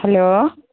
hello